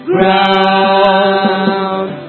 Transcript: Ground